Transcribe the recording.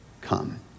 come